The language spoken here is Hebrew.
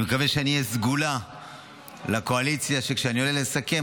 אני מקווה שאני אהיה סגולה לקואליציה שכשאני עולה לסכם,